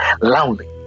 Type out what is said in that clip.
lonely